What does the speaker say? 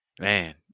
Man